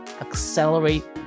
accelerate